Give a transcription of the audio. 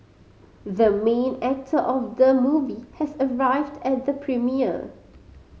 the main actor of the movie has arrived at the premiere